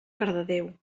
cardedeu